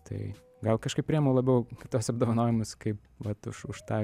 tai gal kažkaip priemu labiau tuos apdovanojimus kaip vat už už tą